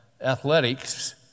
athletics